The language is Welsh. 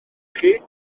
chi